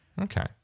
Okay